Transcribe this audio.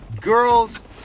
girls